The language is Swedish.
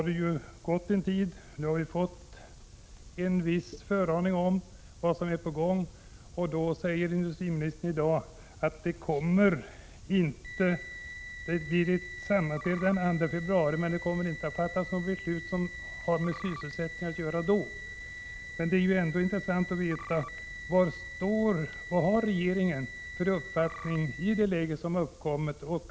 Det har gått en tid, och vi har fått en viss föraning om vad som är på gång. Nu säger industriministern att det kommer att hållas ett sammanträde den 2 februari men att det inte kommer att fattas något beslut då som har med sysselsättningen att göra. Det är ändå intressant att få veta vad regeringen har för uppfattning i det läge som nu uppkommit.